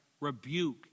rebuke